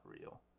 real